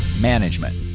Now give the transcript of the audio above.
management